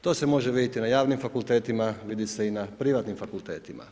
To se može vidjeti na javnim fakultetima, vidi se i na privatnim fakultetima.